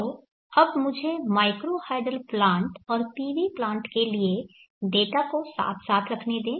तो अब मुझे माइक्रो हाइडल प्लांट और PV प्लांट के लिए डेटा को साथ साथ रखने दें